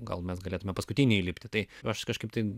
gal mes galėtumėm paskutiniai įlipti tai aš kažkaip tai